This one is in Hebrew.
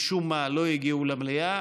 משום מה לא הגיעו למליאה.